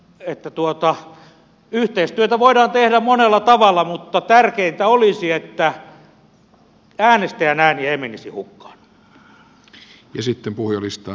niin että yhteistyötä voidaan tehdä monella tavalla mutta tärkeintä olisi että äänestäjän ääni ei menisi hukkaan